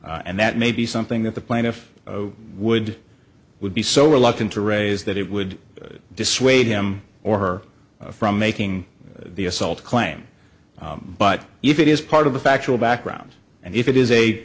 and that may be something that the plaintiff would would be so reluctant to raise that it would dissuade him or her from making the assault claim but if it is part of the factual background and if it is a